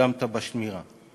נרדמת בשמירה.